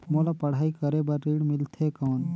मोला पढ़ाई करे बर ऋण मिलथे कौन?